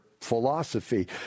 philosophy